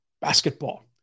basketball